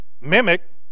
mimic